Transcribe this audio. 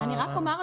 אני רק אומר,